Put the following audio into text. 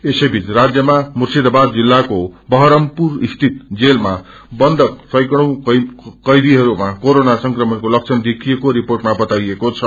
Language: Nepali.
यसैबीच राज्यमामुश्रिदाबाद जिल्लाको बहरमपुर सीत जेलमा बन्द सैकड़ी कैदीहरूमा कोरोन संक्रमणको लक्षण देखिएको रिपोँअमा बताईएको छ